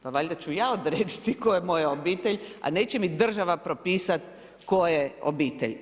Pa valjda ću ja odrediti tko je moja obitelj, a neće mi država propisati tko je obitelj.